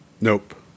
Nope